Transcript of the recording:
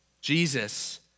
Jesus